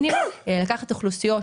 אי אפשר לקבל כזה דבר.